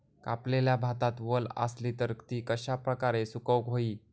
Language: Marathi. कापलेल्या भातात वल आसली तर ती कश्या प्रकारे सुकौक होई?